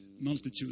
multitude